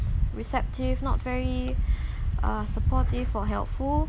receptive not very uh supportive or helpful